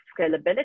scalability